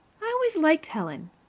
i always liked helen.